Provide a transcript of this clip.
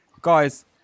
guys